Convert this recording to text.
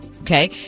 Okay